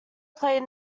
played